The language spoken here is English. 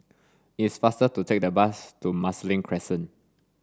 it's faster to take the bus to Marsiling Crescent